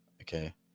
Okay